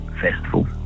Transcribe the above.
festival